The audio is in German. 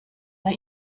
bei